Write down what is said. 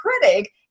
critic